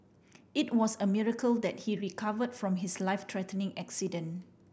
it was a miracle that he recover from his life threatening accident